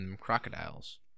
crocodiles